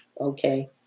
Okay